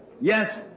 Yes